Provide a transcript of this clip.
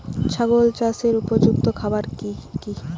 ছাগল চাষের উপযুক্ত খাবার কি কি?